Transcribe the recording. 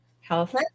health